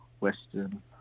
Western